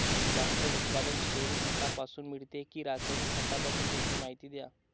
जास्त उत्पादन शेणखतापासून मिळते कि रासायनिक खतापासून? त्याची माहिती द्या